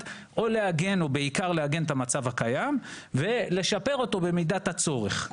או בעיקר לעגן את המצב הקיים ולשפר אותו במידת הצורך.